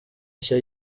nshya